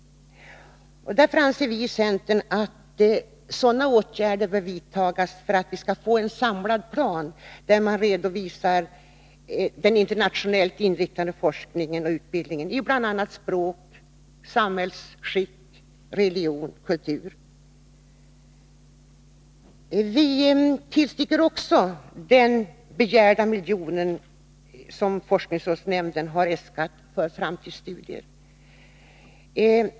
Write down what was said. Därför anser vi från centern att åtgärder bör vidtas för att vi skall få en samlad plan, där man redovisar den internationellt inriktade forskningen och utbildningen i bl.a. språk, samhällsskick, religion och kultur. Vi tillstyrker också den av forskningsrådsnämnden begärda miljonen för framtidsstudier.